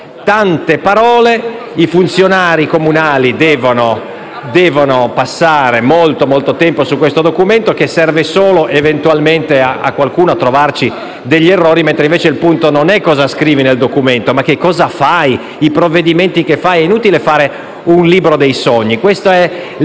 Tante parole, i funzionari comunali devono passare molto tempo su questo documento, che serve solo eventualmente a qualcuno per trovarci degli errori. Il punto, invece, non è cosa si scrive nel documento, ma cosa si fa, i provvedimenti che si fanno. È inutile fare un libro dei sogni.